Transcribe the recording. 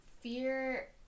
fear